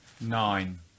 Nine